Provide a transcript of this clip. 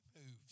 moves